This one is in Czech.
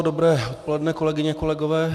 Dobré odpoledne, kolegyně a kolegové.